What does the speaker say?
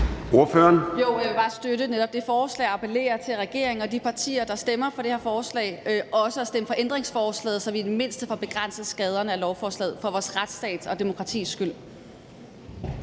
Jo, det støtter jeg, og jeg vil appellere til regeringen og de partier, der stemmer for det her lovforslag, om også at stemme for ændringsforslaget, så vi i det mindste får begrænset skaderne af lovforslaget for vores retsstats og demokratis skyld.